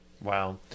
Wow